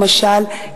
למשל,